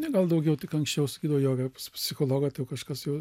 ne gal daugiau tik anksčiau sakydavo jo pas psichologą tai jau kažkas jau